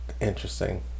interesting